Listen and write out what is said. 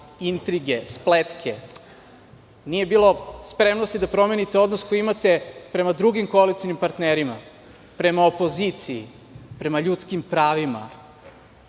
intrige, spletke. Nije bilo spremnosti da promenite odnos koji imate prema drugim koalicionim partnerima, prema opoziciji, prema ljudskim pravima.